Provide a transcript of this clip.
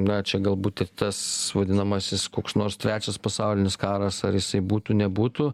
na čia galbūt ir tas vadinamasis koks nors trečias pasaulinis karas ar jisai būtų nebūtų